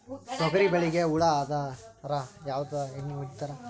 ತೊಗರಿಬೇಳಿಗಿ ಹುಳ ಆದರ ಯಾವದ ಎಣ್ಣಿ ಹೊಡಿತ್ತಾರ?